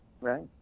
Right